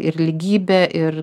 ir lygybė ir